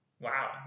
Wow